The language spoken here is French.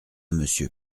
monsieur